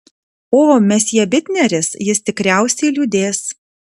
o mesjė bitneris jis tikriausiai liūdės